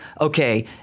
okay